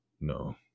No